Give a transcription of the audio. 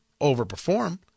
overperform